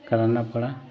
कराना पड़ा